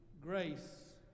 grace